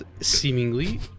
seemingly